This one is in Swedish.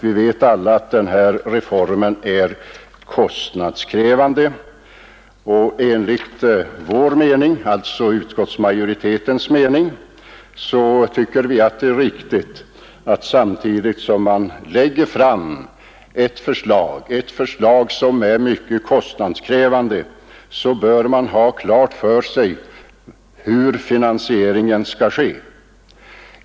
Vi vet alla att denna reform är kostnadskrävande, och utskottsmajoriteten tycker att det är riktigt att man då man lägger fram ett förslag som är mycket kostnadskrävande bör ha klart för sig hur finansieringen skall ske.